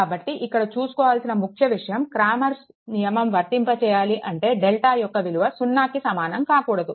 కాబట్టి ఇక్కడ చూసుకోవలసిన ముఖ్యవిషయం క్రామర్స్ నియమం వర్తింప చేయాలి అంటే డెల్టా యొక్క విలువ సున్నాకి సమానం కాకూడదు